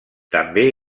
també